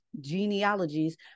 genealogies